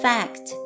Fact